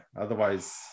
otherwise